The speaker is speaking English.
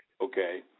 Okay